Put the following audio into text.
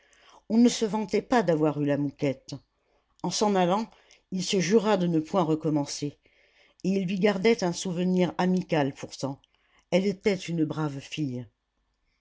on ne se vantait pas d'avoir eu la mouquette en s'en allant il se jura de ne point recommencer et il lui gardait un souvenir amical pourtant elle était une brave fille